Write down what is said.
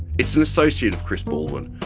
it's an associate of chris baldwin,